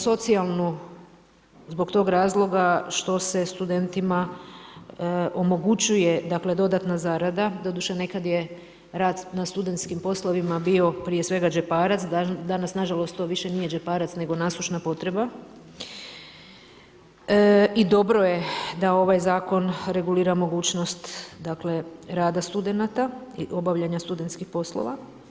Socijalnu zbog tog razloga što se studentima omogućuje dodatna zarada, doduše nekad je rad na studentskim poslovima bio prije svega džeparac, danas nažalost to više nije džeparac nego nasušna potreba i dobro je da ovaj zakon regulira mogućnost rada studenata i obavljanja studentskih poslova.